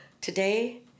today